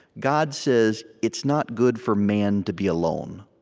god says, it's not good for man to be alone.